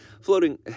floating